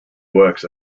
works